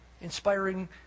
inspiring